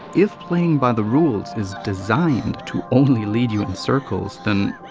if playing by the rules is designed to only lead you in circles then.